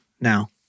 now